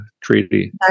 treaty